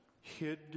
hid